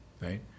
right